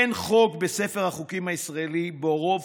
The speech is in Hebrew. אין חוק בספר החוקים הישראלי שבו רוב